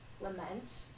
lament